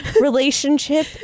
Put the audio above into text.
relationship